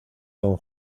don